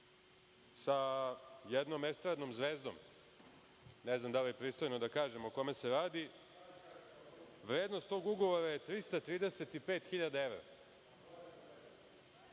sa jednom estradnom zvezdom, ne znam da li je pristojno da kažem o kome se radi, vrednost tog ugovora je 335